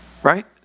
Right